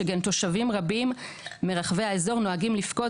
שכן תושבים רבים מרחבי האזור נוהגים לפקוד